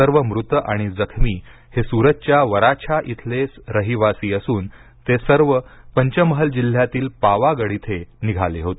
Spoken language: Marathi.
सर्व मृत आणि जखमी हे सुरतच्या वराछा इथले रहिवासी असून ते सर्व पंचमहल जिल्ह्यातील पावागड इथे निघाले होते